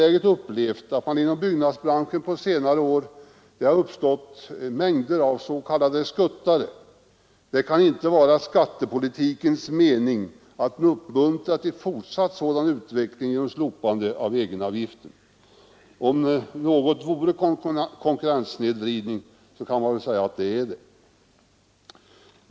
Vi har upplevt att det inom byggbranschen på senare år har uppstått mängder av s.k. skuttare. Det kan inte vara skattepolitikens mening att uppmuntra till en fortsatt sådan utveckling genom att slopa egenavgiften. Om något vore konkurrenssnedvridning, vore det väl detta.